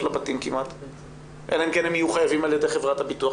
לבתים אלא אם כן הם חייבים בגלל חברת הביטוח?